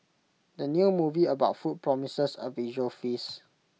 the new movie about food promises A visual feast